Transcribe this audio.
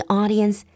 audience